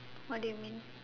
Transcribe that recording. what do you mean